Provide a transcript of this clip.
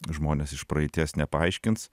žmonės iš praeities nepaaiškins